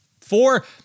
Four